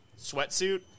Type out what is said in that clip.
sweatsuit